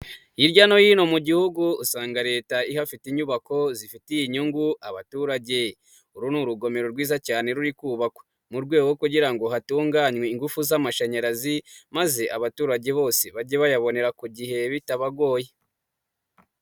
Hirya no hino mu gihugu usanga leta ihafite inyubako zifitiye inyungu. abaturage uru ni urugomero rwiza cyane ruri kubakwa mu rwego kugira ngo hatunganwe ingufu z'amashanyarazi maze abaturage bose bajye bayabonera ku gihe bitabagoye.